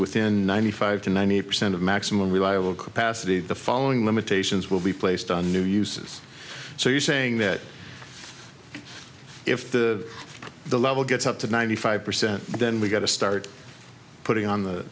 within ninety five to ninety percent of maximum reliable capacity the following limitations will be placed on new uses so you saying that if the the level gets up to ninety five percent then we've got to start putting on the